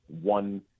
one